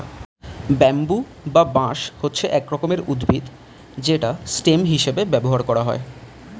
bamboo বা বাঁশ হচ্ছে এক রকমের উদ্ভিদ যেটা স্টেম হিসেবে ব্যবহার করা হয়